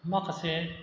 माखासे